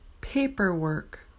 paperwork